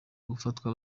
gufatwa